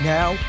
Now